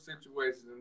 situations